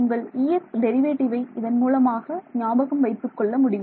உங்கள் Ex டெரிவேட்டிவை இதன்மூலமாக ஞாபகம் வைத்துக்கொள்ள முடியும்